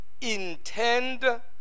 intend